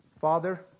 Father